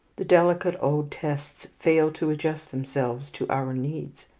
the delicate old tests fail to adjust themselves to our needs.